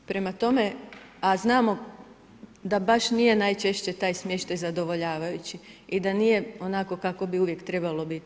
Prema tome, a znamo, da baš nije najčešće taj smještaj zadovoljavajući i da nije onako kako bi uvijek treba biti.